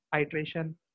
iteration